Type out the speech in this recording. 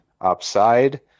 upside